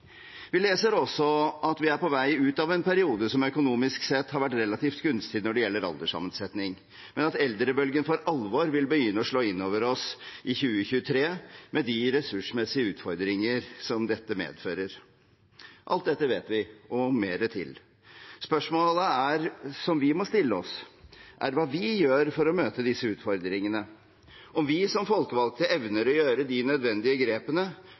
Vi leser også at vi er på vei ut av en periode som økonomisk sett har vært relativt gunstig når det gjelder alderssammensetning, men at eldrebølgen for alvor vil begynne å slå inn over oss i 2023, med de ressursmessige utfordringer som dette medfører. Alt dette vet vi – og mer til. Spørsmålet som vi må stille oss, er hva vi gjør for å møte disse utfordringene, om vi som folkevalgte evner å gjøre de nødvendige grepene